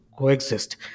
Coexist